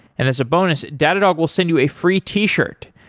and as a bonus, datadog will send you a free t-shirt.